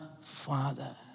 father